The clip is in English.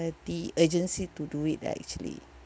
uh the urgency to do it lah actually